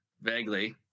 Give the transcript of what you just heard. Vaguely